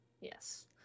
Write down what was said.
Yes